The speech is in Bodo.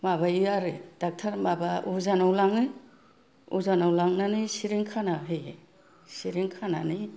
माबायो आरो डाक्टार माबा अजानाव लाङो अजानाव लांनानै सिरेन खाना होयो सिरिन खानानै